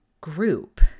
group